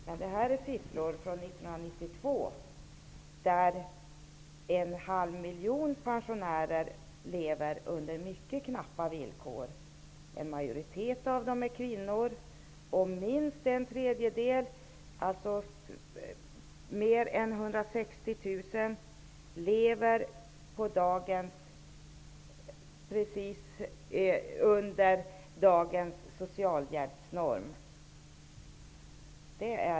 Men enligt siffror från år 1992 lever 0,5 miljoner pensionärer under mycket knappa villkor. En majoritet av dessa är kvinnor, och minst en tredjedel -- alltså fler än 160 000 personer -- lever under dagens socialhjälpsnorm.